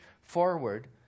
forward